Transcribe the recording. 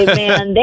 man